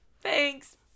thanks